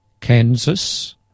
Kansas